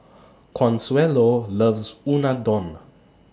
Consuelo loves Unadon